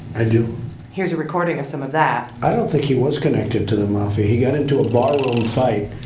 i do here's a recording of some of that i don't think he was connected to the mafia. he got into a barroom fight.